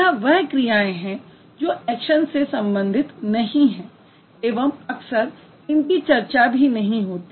ये वह क्रियाएँ हैं जो ऐक्शन से संबंधित नहीं है एवं अक्सर इनकी चर्चा भी नहीं होती